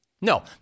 No